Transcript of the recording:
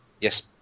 Yes